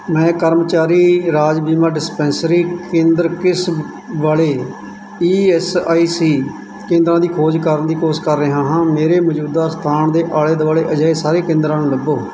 ਮੈਂ ਕਰਮਚਾਰੀ ਰਾਜ ਬੀਮਾ ਡਿਸਪੈਂਸਰੀ ਕੇਂਦਰ ਕਿਸਮ ਵਾਲੇ ਈ ਐੱਸ ਆਈ ਸੀ ਕੇਂਦਰਾਂ ਦੀ ਖੋਜ ਕਰਨ ਦੀ ਕੋਸ਼ਿਸ਼ ਕਰ ਰਿਹਾ ਹਾਂ ਮੇਰੇ ਮੌਜੂਦਾ ਸਥਾਨ ਦੇ ਆਲੇ ਦੁਆਲੇ ਅਜਿਹੇ ਸਾਰੇ ਕੇਂਦਰਾਂ ਨੂੰ ਲੱਭੋ